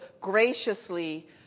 graciously